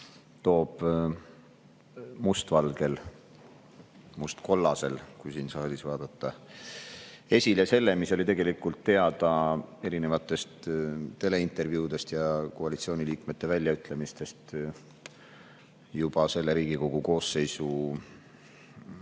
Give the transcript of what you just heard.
toob must valgel, must kollasel, kui siin saalis vaadata, esile selle, mis oli tegelikult teada teleintervjuudest ja koalitsiooniliikmete väljaütlemistest juba selle Riigikogu koosseisu